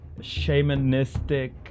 shamanistic